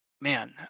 Man